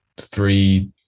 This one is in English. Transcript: three